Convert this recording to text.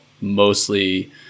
mostly